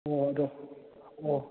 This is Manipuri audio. ꯑꯣ ꯑꯗꯣ ꯑꯣ